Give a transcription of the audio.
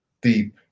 deep